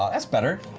um that's better.